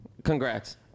Congrats